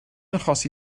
achosi